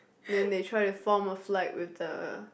then they try to form a slide with the